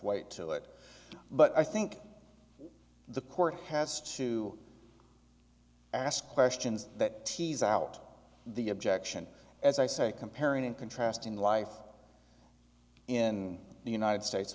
weight to it but i think the court has to ask questions that tease out the objection as i say comparing and contrasting life in the united states